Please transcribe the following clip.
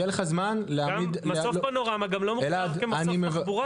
יהיה לך זמן להגיד --- מסוף פנורמה גם לא מוגדר כמסוף תחבורה.